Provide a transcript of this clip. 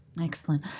Excellent